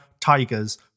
tigers